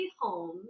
home